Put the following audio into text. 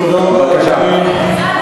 תודה רבה, אדוני.